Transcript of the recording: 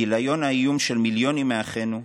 כיליון האיום של מיליונים מאחינו,